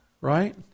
right